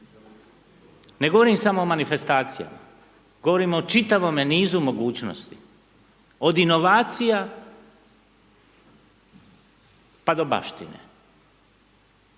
Ne govorim samo o manifestacijama, govorim o čitavom nizu mogućnosti, od inovacija pa do baštine.